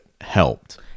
helped